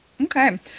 Okay